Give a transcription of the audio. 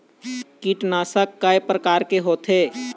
कीटनाशक कय प्रकार के होथे?